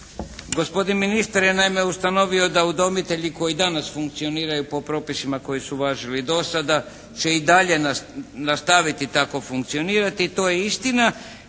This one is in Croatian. Gospodin ministar je naime ustanovio da udomitelji koji danas funkcioniraju po propisima koji su važili dosada će i dalje nastaviti tako funkcionirati. To je istina.